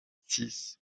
six